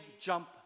jump